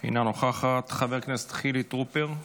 אינה נוכחת, חבר הכנסת חילי טרופר,